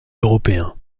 européen